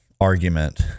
argument